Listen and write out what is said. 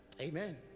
amen